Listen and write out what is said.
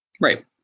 Right